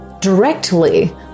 directly